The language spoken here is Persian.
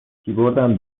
کیبوردم